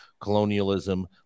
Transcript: colonialism